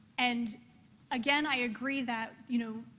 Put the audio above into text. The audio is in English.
and again, i agree that, you know,